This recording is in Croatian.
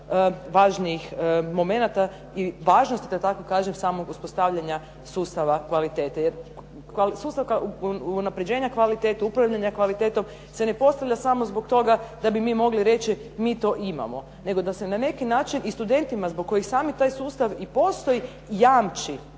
važnijih momenata i važnost da tako kažem samog uspostavljanja sustava kvalitete. Jer sustav unapređenja kvalitete, upravljanja kvalitetom se ne postavlja samo zbog toga da bi mi mogli reći mi to imamo, nego da se na neki način i studentima zbog kojih samih taj sustav i postoji, jamči